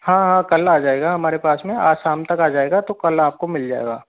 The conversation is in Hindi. हाँ हाँ कल आ जाएगा हमारे पास में आज साम तक आ जाएगा तो कल आपको मिल जाएगा